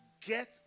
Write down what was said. get